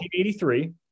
1983